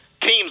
teams